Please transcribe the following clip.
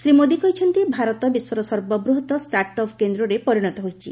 ଶ୍ରୀ ମୋଦି କହିଛନ୍ତି ଭାରତ ବିଶ୍ୱର ସର୍ବବୃହତ୍ତ ଷ୍ଟାଟ୍ଅପ୍ କେନ୍ଦ୍ରରେ ପରିଣତ ହୋଇଛି